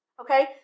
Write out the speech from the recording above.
okay